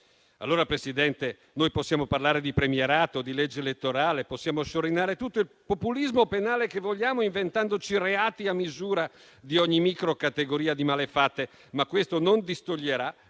Allora, Presidente, noi possiamo parlare di premierato e di legge elettorale, possiamo sciorinare tutto il populismo penale che vogliamo, inventandoci reati a misura di ogni micro-categoria di malefatte. Ma questo non distoglierà